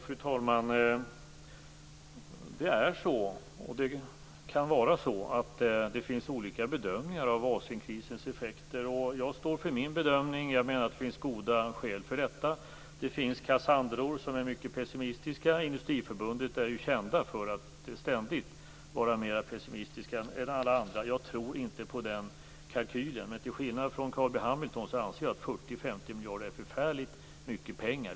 Fru talman! Det är och kan vara så att det finns olika bedömningar av Asienkrisens effekter. Jag står för min bedömning, och jag menar att jag har goda skäl för denna. Det finns kassandror som är mycket pessimistiska. Industriförbundet är ju känt för att ständigt vara mer pessimistiskt än alla andra. Jag tror inte på den kalkylen. Men till skillnad från Carl B Hamilton anser jag 40-50 miljarder är förfärligt mycket pengar.